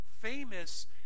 famous